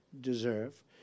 deserve